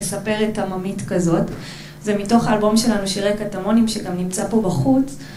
מספרת עממית כזאת, זה מתוך האלבום שלנו שירי קטמונים שגם נמצא פה בחוץ